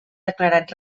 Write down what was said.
declarat